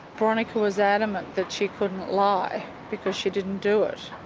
boronika was adamant that she couldn't lie because she didn't do it.